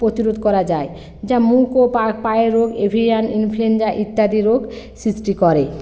প্রতিরোধ করা যায় যা মুখ ও পা পায়ের রোগ এভিয়ান ইনফ্লুয়েঞ্জা ইত্যাদি রোগ সৃষ্টি করে